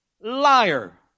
liar